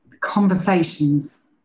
conversations